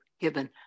given